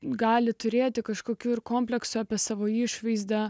gali turėti kažkokių ir kompleksų apie savo išvaizdą